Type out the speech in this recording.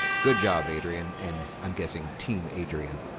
good job adriene, and i'm guessing team adriene.